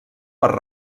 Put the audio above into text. per